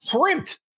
print